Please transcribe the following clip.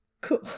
cool